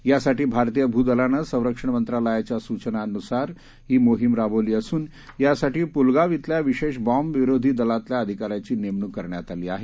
यासाठी भारतीय भुदलानं संरक्षण मंत्रालयाच्या सूचनांनुसार ही मोहिम राबवली असून यासाठी पुलगाव इथल्या विशेष बॉम्ब विरोधी दलातल्या अधिकाऱ्याची नेमणूक करण्यात आली आहे